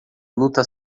luta